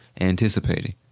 anticipating